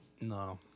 No